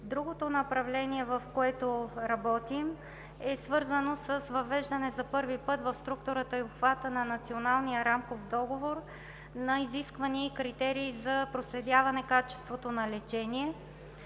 Другото направление, в което работим, е свързано с въвеждане за първи път в структурата и обхвата на Националния рамков договор на изисквания и критерии за проследяване качеството на лечение